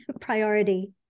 priority